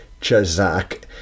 chazak